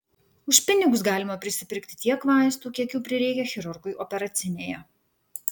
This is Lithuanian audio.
už pinigus galima prisipirkti tiek vaistų kiek jų prireikia chirurgui operacinėje